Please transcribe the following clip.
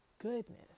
goodness